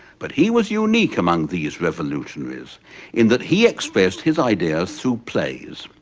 but he was unique among these revolutionaries in that he expressed his ideas through plays.